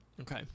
Okay